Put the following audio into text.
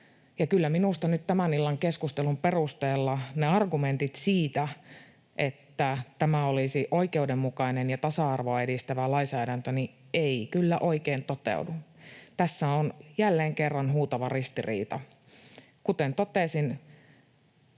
minusta nyt tämän illan keskustelun perusteella ne argumentit siitä, että tämä olisi oikeudenmukainen ja tasa-arvoa edistävä lainsäädäntö, eivät kyllä oikein toteudu. Tässä on jälleen kerran huutava ristiriita. Kuten totesin,